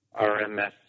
RMS